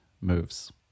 moves